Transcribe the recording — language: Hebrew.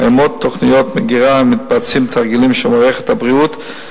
קיימות תוכניות מגירה ומתבצעים תרגילים של מערכת הבריאות,